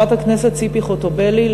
חברת הכנסת ציפי חוטובלי,